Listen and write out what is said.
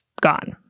gone